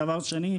דבר שני,